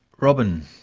robyn,